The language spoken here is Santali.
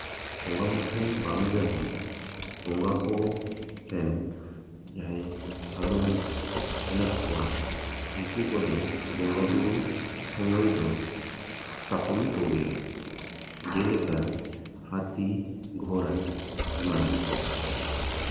ᱵᱚᱸᱜᱟ ᱢᱩᱴᱷᱟᱹᱱ ᱵᱟᱝ ᱨᱮᱦᱚᱸ ᱵᱚᱸᱜᱟ ᱠᱚᱨᱮᱱ ᱡᱟᱦᱟᱸᱭ ᱥᱟᱫᱚᱢ ᱦᱮᱱᱟᱜ ᱠᱚᱣᱟ ᱩᱱᱠᱩ ᱠᱚᱫᱚ ᱵᱚᱸᱜᱟᱼᱵᱩᱨᱩ ᱥᱚᱢᱚᱭ ᱫᱚ ᱛᱷᱟᱯᱚᱱ ᱠᱚᱜᱮᱭᱟ ᱡᱮᱞᱮᱠᱟ ᱦᱟᱹᱛᱤ ᱜᱷᱳᱲᱟ ᱮᱢᱟᱱ ᱠᱚ